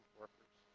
workers